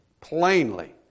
plainly